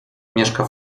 mieszka